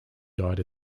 died